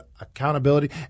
accountability